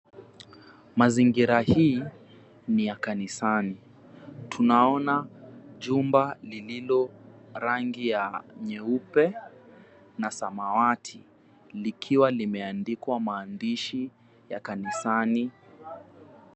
Mazingira hii, ni ya kanisani. Tunaona jumba lililo rangi ya nyeupe na samawati likiwa limeandikwa maandishi ya kanisani.